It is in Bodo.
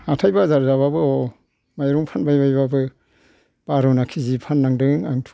हाथाइ बाजार जाबाबो ह' माइरं फानबाय बायबाबो बा र'ना किजि फाननांदों आं थ'